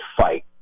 fight